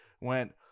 went